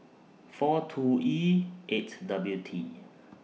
four two E eight W T